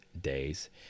days